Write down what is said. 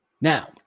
Now